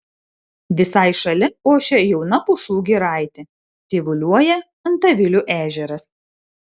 visai šalia ošia jauna pušų giraitė tyvuliuoja antavilių ežeras